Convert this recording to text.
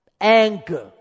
anger